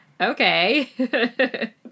Okay